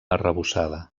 arrebossada